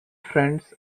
friends